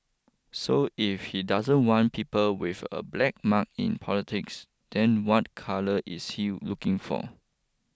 so if he doesn't want people with a black mark in politics then what colour is he looking for